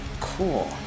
cool